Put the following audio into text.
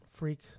Freak